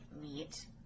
meat